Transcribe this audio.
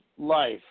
life